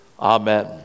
Amen